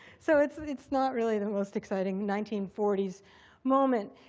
so it's it's not really the most exciting nineteen forty s moment.